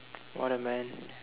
what a man